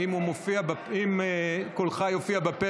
בעד, 50,